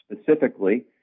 specifically